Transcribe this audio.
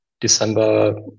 December